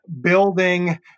building